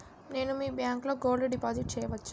నేను మీ బ్యాంకులో గోల్డ్ డిపాజిట్ చేయవచ్చా?